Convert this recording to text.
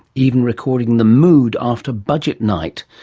even recording the mood after budget night.